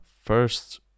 First